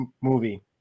movie